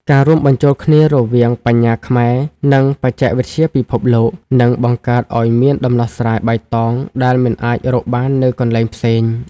ការរួមបញ្ចូលគ្នារវាង "បញ្ញាខ្មែរ" និង "បច្ចេកវិទ្យាពិភពលោក" នឹងបង្កើតឱ្យមានដំណោះស្រាយបៃតងដែលមិនអាចរកបាននៅកន្លែងផ្សេង។